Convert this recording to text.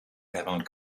avant